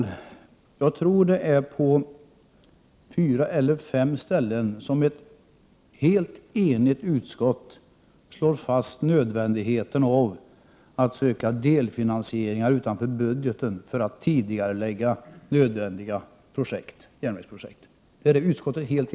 Till Hugo Bergdahl vill jag säga att jag tror att ett helt enigt utskott på fyra eller fem ställen slår fast nödvändigheten av att söka delfinansieringar utanför budgeten för att tidigarelägga nödvändiga järnvägsprojekt.